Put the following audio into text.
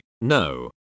no